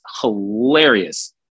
hilarious